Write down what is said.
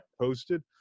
posted